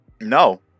No